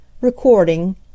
Recording